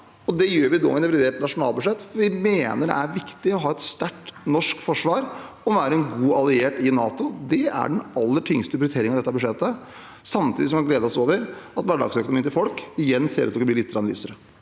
det gjør vi nå under revidert nasjonalbudsjett, for vi mener det er viktig å ha et sterkt norsk forsvar og være en god alliert i NATO. Det er den aller tyngste prioriteringen i dette budsjettet. Samtidig kan vi glede oss over at hverdagsøkonomien til folk igjen ser ut til å bli lite grann lysere.